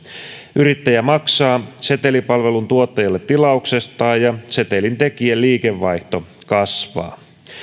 yrittäjä maksaa setelipalvelun tuottajalle tilauksestaan ja setelintekijän liikevaihto kasvaa